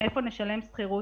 מאיפה נשלם שכירות?